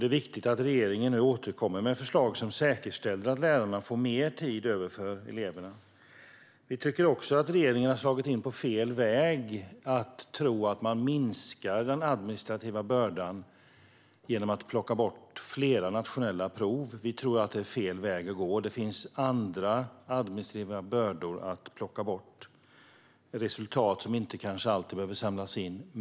Det är viktigt att regeringen återkommer med ett förslag som säkerställer att lärarna får mer tid för eleverna. Vi tycker också att regeringen har slagit in på fel väg genom att tro att den administrativa bördan minskas genom att man plockar bort flera nationella prov. Det finns andra administrativa bördor att plocka bort, till exempel resultat som inte alltid behöver samlas in.